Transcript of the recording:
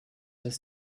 des